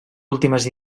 últimes